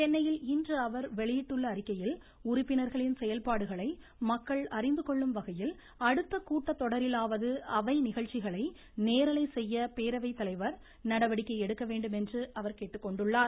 சென்னையில் இன்று அவர் வெளியிட்டுள்ள அறிக்கையில் உறுப்பினர்களின் செயல்பாடுகளை மக்கள் அறிந்து கொள்ளும் வகையில் அடுத்தக் கூட்டத்தொடரிலாவது அவை நிகழ்ச்சிகளை நேரலை செய்ய பேரவைத்தலைவர் நடவடிக்கை எடுக்க வேண்டும் என்று அவர் கேட்டுக்கொண்டார்